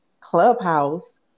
clubhouse